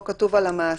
פה כתוב על המעסיק,